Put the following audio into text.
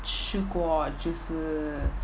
试过就是